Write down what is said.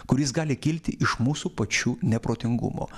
kuris gali kilti iš mūsų pačių neprotingumo